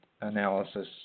analysis